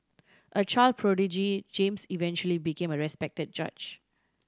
a child prodigy James eventually became a respected judge